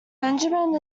benjamin